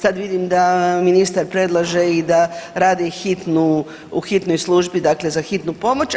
Sad vidim da ministar predlaže i da radi u hitnoj službi, dakle za hitnu pomoć.